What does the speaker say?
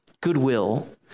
goodwill